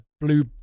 blue